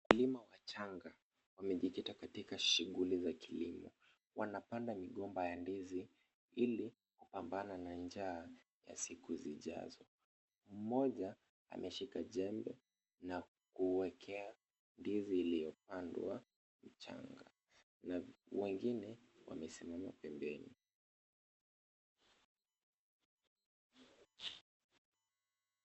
Wakulima wachanga, wamejikita katika shuguli za kilimo, wanapanda migomba ya ndizi, ili, kupambana na njaa, ya siku zijazo, mmoja, ameshika jembe, na kuekea ndizi iliyopandwa, mchanga, na v, wengine, wamesimama pembeni.